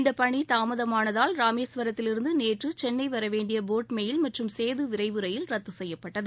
இந்தப் பணி தாமதமானதால் ராமேஸ்வரத்திலிருந்து நேற்று சென்னை வர வேண்டிய போட் மெயில் மற்றும் சேது விரைவு ரயில் ரத்து செய்யப்பட்டது